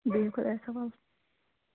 بِہِو خۄدایس حَوال